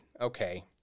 okay